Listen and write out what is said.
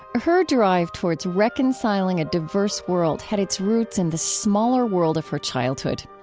her drive towards reconciling a diverse world had its roots in the smaller world of her childhood.